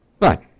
Right